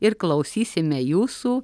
ir klausysime jūsų